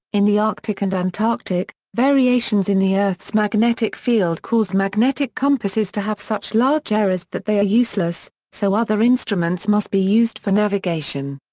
in the arctic and antarctic, variations in the earth's magnetic field cause magnetic compasses to have such large errors that they are useless, so other instruments must be used for navigation.